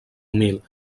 humil